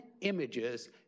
images